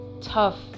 tough